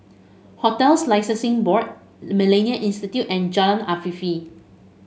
Hotels Licensing Board MillenniA Institute and Jalan Afifi